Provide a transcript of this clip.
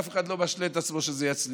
אף אחד לא משלה את עצמו שזה יצליח.